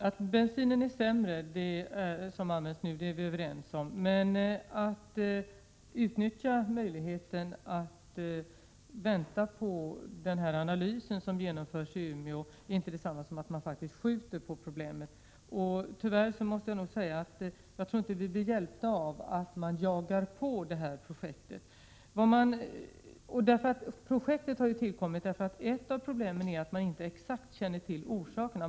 Herr talman! Att den bensin som används nu är sämre, det är vi överens om. Men att utnyttja möjligheten att vänta på den analys som genomförs i Umeå är inte detsamma som att skjuta på problemen. Tyvärr måste jag nog säga att jag inte tror att vi blir hjälpta av att jaga på det här projektet. Projektet har tillkommit därför att ett av problemen är att man inte exakt känner till orsakerna.